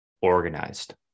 organized